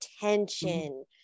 tension